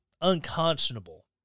unconscionable